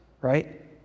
right